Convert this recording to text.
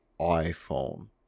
iPhone